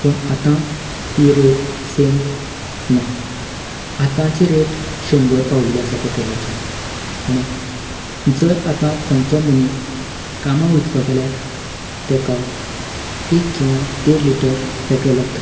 पूण आतां ती रेट सेम ना आतांची रेट शंबर पाविल्ली आसा पेट्रोलाची आनी जर आता खंयचोय मनीस कामां वयतलो जाल्यार तेका एक किंवा देड लीटर पेट्रोल लागता